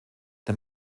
der